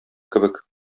кебек